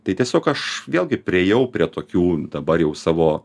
tai tiesiog aš vėlgi priėjau prie tokių dabar jau savo